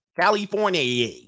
California